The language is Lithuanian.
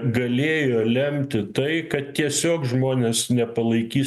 galėjo lemti tai kad tiesiog žmonės nepalaikys